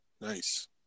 nice